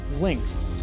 links